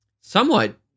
somewhat